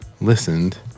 listened